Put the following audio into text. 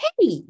Hey